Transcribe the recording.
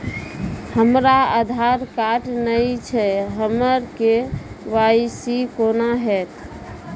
हमरा आधार कार्ड नई छै हमर के.वाई.सी कोना हैत?